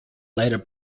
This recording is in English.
later